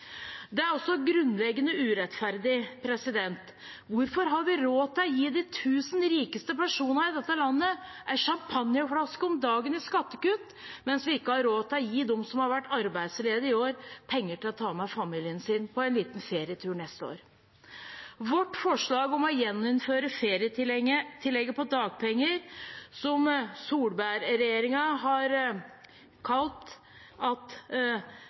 Det er også grunnleggende urettferdig. Hvorfor har vi råd til å gi de 1 000 rikeste personene i dette landet en sjampanjeflaske om dagen i skattekutt, mens vi ikke har råd til å gi dem som har blitt arbeidsledige i år, penger til å ta med familien sin på en liten ferietur neste år? Vårt forslag om å gjeninnføre ferietillegget på dagpenger som Solberg-regjeringen har